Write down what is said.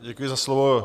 Děkuji za slovo.